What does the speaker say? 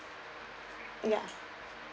yeah